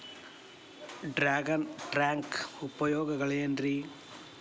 Dragon tank ಉಪಯೋಗಗಳೆನ್ರಿ?